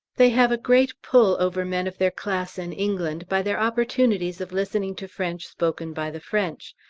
they have a great pull over men of their class in england, by their opportunities of listening to french spoken by the french,